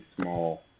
small